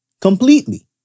completely